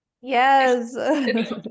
yes